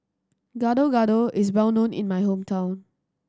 Gado Gado is well known in my hometown